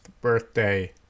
birthday